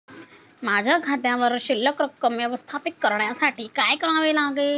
माझ्या खात्यावर शिल्लक रक्कम व्यवस्थापित करण्यासाठी काय करावे लागेल?